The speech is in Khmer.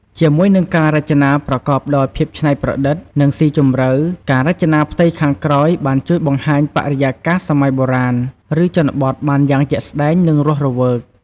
ជាមួយនឹងការរចនាប្រកបដោយ ភាពច្នៃប្រឌិត និងស៊ីជម្រៅ ការរចនាផ្ទៃខាងក្រោយបាន ជួយបង្ហាញបរិយាកាសសម័យបុរាណ ឬជនបទបានយ៉ាងជាក់ស្តែង និងរស់រវើក។